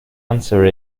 answer